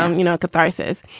um you know, catharsis.